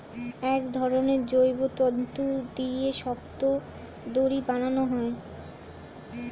এক ধরনের জৈব তন্তু দিয়ে শক্ত দড়ি বানানো হয়